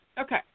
Okay